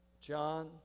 John